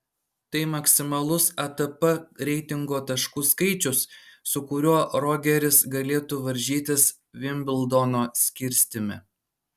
tai maksimalus atp reitingo taškų skaičius su kuriuo rogeris galėtų varžytis vimbldono skirstyme